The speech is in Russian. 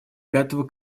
пятого